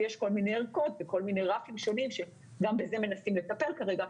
יש כל מיני ערכות וכל מיני רפים שונים שגם בזה מנסים לטפל כרגע,